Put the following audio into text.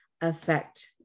affect